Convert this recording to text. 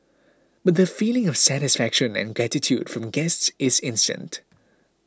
but the feeling of satisfaction and gratitude from guests is instant